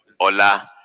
Hola